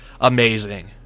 amazing